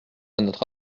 notre